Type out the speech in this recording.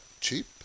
cheap